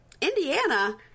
Indiana